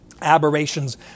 aberrations